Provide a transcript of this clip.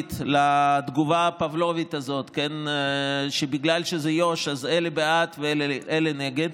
אוטומטית לתגובה הפבלובית הזאת שבגלל שזה יו"ש אז אלה בעד ואלה נגד,